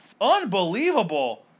unbelievable